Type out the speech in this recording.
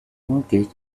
mortgage